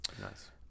Nice